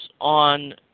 on